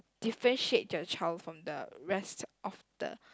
differentiate your child from the rest of the